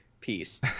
peace